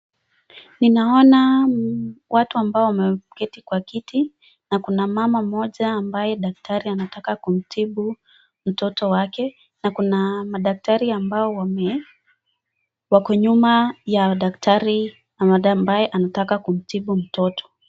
Ninaona watu ambayo wameketi kwa kiti, na kuna mama mmoja amabey daktari anataka kumtibu mtoto wake na kuna madaktari ambao wame, wako nyuma ya daktari ambaye anataka kumtibu mtoto.